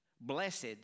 blessed